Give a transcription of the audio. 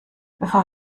bevor